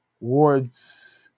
Wards